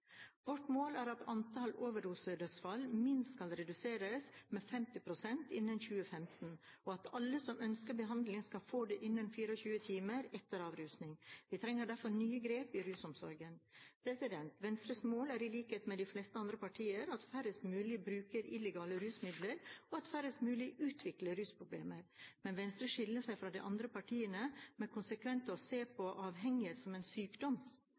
Vårt mål er at antall overdosedødsfall minst skal reduseres med 50 pst. innen 2015, og at alle som ønsker behandling, skal få det innen 24 timer etter avrusning. Vi trenger derfor nye grep i rusomsorgen. Venstres mål er, i likhet med de fleste andre partier, at færrest mulig bruker illegale rusmidler, og at færrest mulig utvikler rusproblemer. Men Venstre skiller seg fra de andre partiene ved konsekvent å se på avhengighet som en sykdom.